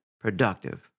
productive